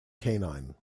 canine